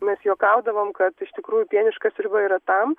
mes juokaudavom kad iš tikrųjų pieniška sriuba yra tam